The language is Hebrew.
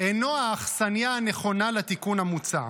אינו האכסניה הנכונה לתיקון המוצע.